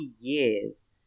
years